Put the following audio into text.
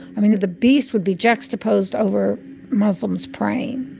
i mean, that the beast would be juxtaposed over muslims praying